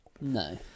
No